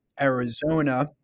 Arizona